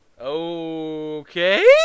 okay